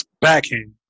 Backhand